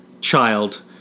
child